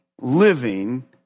living